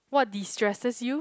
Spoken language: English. what destresses you